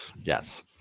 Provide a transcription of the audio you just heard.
yes